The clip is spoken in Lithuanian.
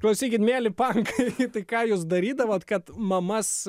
klausykit mieli pankai tai ką jūs darydavot kad mamas